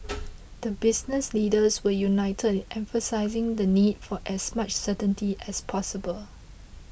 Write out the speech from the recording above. the business leaders were united in emphasising the need for as much certainty as possible